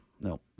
no